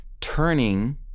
turning